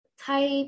type